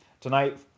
Tonight